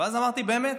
ואז אמרתי שבאמת